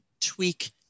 tweak